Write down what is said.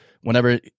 whenever